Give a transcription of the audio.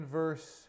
verse